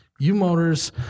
Umotors